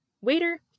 Waiter